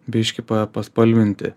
biški paspalvinti